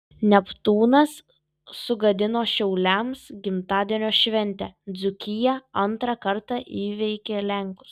neptūnas sugadino šiauliams gimtadienio šventę dzūkija antrą kartą įveikė lenkus